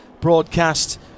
broadcast